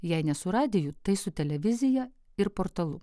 jei ne su radiju tai su televizija ir portalu